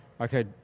Okay